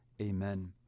Amen